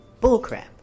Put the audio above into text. bullcrap